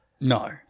No